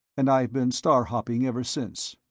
and i've been star-hopping ever since.